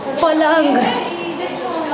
पलङ्ग